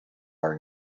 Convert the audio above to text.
are